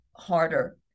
Harder